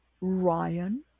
Ryan